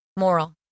Moral